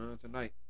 Tonight